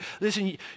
Listen